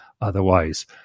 Otherwise